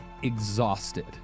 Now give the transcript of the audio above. exhausted